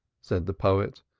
said the poet,